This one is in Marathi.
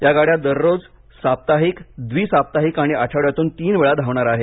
या गाड्या दररोज साप्ताहिक द्वि साप्ताहिक आणि आठवड्यातून तीनवेळा धावणार आहे